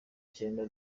cyenda